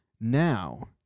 now